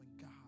God